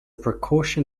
precaution